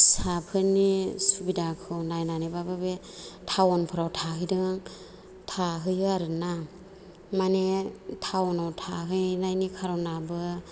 फिसाफोरनि सुबिदाखौ नायनानैबाबो बे टाउनफ्राव थाहैदों थाहैयो आरोना माने टाउनआव थाहैनायनि खार'नाबो